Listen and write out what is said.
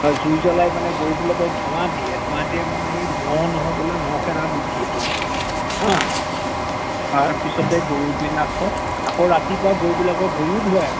জুই জ্বলাই মানে গৰুবিলাকক ধোঁৱা দিয়ে ধোঁৱা দিয়ে মানে সেই মহ নহ'বলে মহ খেদা বুদ্ধি এইটো তাৰপিছতে গৰুবিলাকক আকৌ ৰাতিপুৱা গৰুবিলাকক ভৰিও ধুৱাই আকৌ